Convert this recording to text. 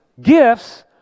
gifts